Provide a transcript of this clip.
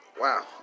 wow